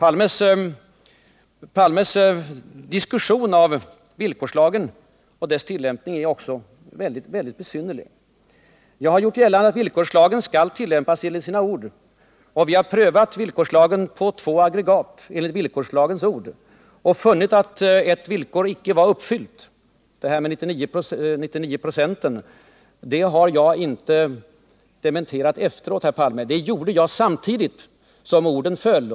Olof Palmes diskussion när det gäller villkorslagen och dess tillämpning är också mycket besynnerlig. Jag har gjort gällande att villkorslagen skall tillämpas enligt ordalydelsen. Vi har prövat villkorslagen på två aggregat enligt villkorslagens ord och därvid funnit att ett villkor inte var uppfyllt. Detta med de 99 procenten har jag inte dementerat efteråt, Olof Palme. Det gjorde jag samtidigt som orden föll.